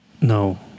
No